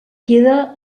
queda